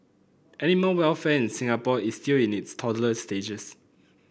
animal welfare in Singapore is still in its toddler stages